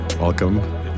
welcome